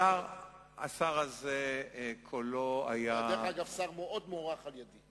דרך אגב, שר מאוד מוערך על-ידי.